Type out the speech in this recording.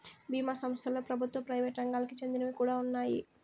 బీమా సంస్థలలో ప్రభుత్వ, ప్రైవేట్ రంగాలకి చెందినవి కూడా ఉన్నాయి